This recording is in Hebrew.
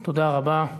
תודה רבה.